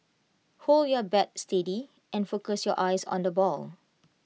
hold your bat steady and focus your eyes on the ball